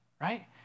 right